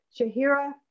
Shahira